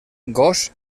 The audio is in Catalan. gos